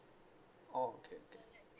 oh okay okay